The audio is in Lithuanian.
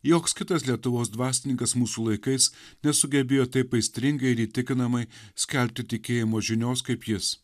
joks kitas lietuvos dvasininkas mūsų laikais nesugebėjo taip aistringai ir įtikinamai skelbti tikėjimo žinios kaip jis